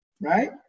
right